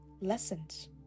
lessons